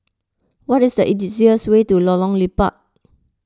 what is the easiest way to Lorong Liput